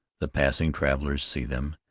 the passing travellers see them.